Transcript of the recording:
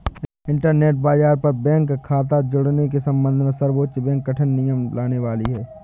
internet बाज़ार पर bank खता जुड़ने के सम्बन्ध में सर्वोच्च बैंक कठिन नियम लाने वाली है